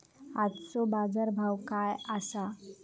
आजचो बाजार भाव काय आसा?